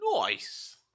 Nice